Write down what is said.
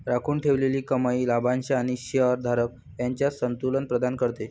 राखून ठेवलेली कमाई लाभांश आणि शेअर धारक यांच्यात संतुलन प्रदान करते